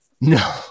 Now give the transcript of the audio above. No